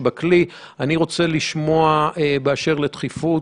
רוצה לשמוע באשר לדחיפות.